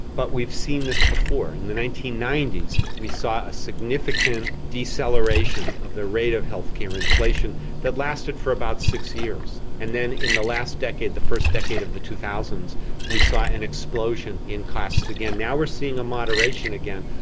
but we've seen this before. in the nineteen ninety s we saw a significant deceleration of the rate of healthcare inflation that lasted for about six years, and then in the last decade, the first decade of the two thousand s we saw an explosion in costs again. now we're seeing a moderation again.